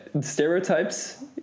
stereotypes